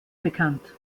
bekannt